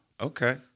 Okay